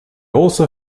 also